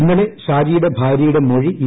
ഇന്നലെ ഷാജിയുടെ ഭാര്യയുടെ മൊഴി ഇ